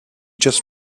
just